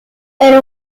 elle